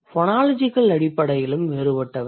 phonological அடிப்படையிலும் வேறுபட்டவை